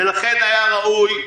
ולכן היה ראוי.